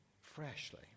freshly